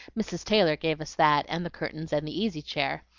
mrs. taylor gave us that, and the curtains, and the easy-chair.